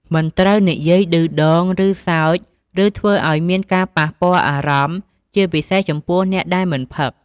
មិនត្រូវនិយាយឌឺដង ឬសើច ឬធ្វើអោយមានការប៉ះពាល់អារម្មណ៍ ជាពិសេសចំពោះអ្នកដែលមិនផឹក។